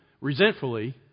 resentfully